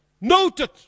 Noted